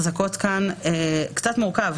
קצת מורכב.